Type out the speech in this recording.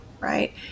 right